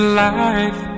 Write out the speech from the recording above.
life